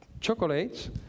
chocolates